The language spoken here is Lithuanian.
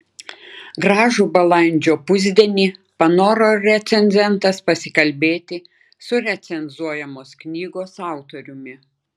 gražų balandžio pusdienį panoro recenzentas pasikalbėti su recenzuojamos knygos autoriumi